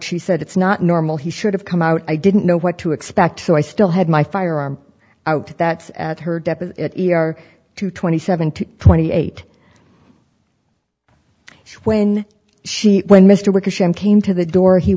she said it's not normal he should have come out i didn't know what to expect so i still had my firearm out that her death are two twenty seven to twenty eight when she when mr work came to the door he